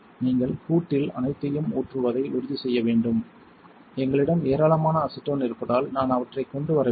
நீங்கள் ஹுட்ட்டில் அனைத்தையும் ஊற்றுவதை உறுதி செய்ய வேண்டும் எங்களிடம் ஏராளமான அசிட்டோன் இருப்பதால் நான் அவற்றைக் கொண்டு வரவில்லை